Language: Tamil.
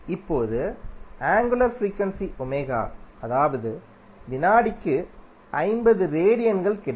இப்போது ஆங்குலர் ஃப்ரீக்யுண்சி அதாவது வினாடிக்கு 50 ரேடியன்கள் கிடைக்கும்